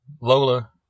Lola